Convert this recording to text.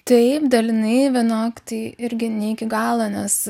taip dalinai naktį irgi ne iki galo nes